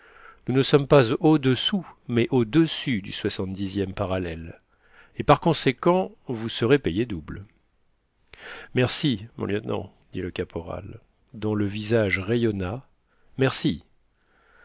nous ne sommes pas au-dessous mais au-dessus du soixante dixième parallèle et par conséquent vous serez payés double merci mon lieutenant dit le caporal dont le visage rayonna merci